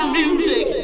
music